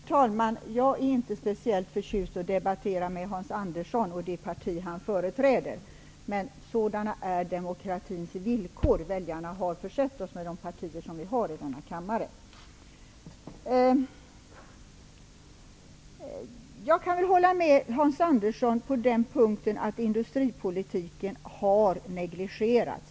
Herr talman! Jag är inte speciellt förtjust i att debattera med Hans Andersson och det parti som han företräder. Men sådana är demokratins villkor. Väljarna har försett oss med de partier som finns representerade i denna kammare. Jag kan väl hålla med Hans Andersson om att industripolitiken har negligerats.